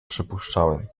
przypuszczałem